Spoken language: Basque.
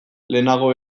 lehenago